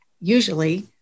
usually